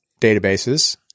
databases